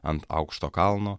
ant aukšto kalno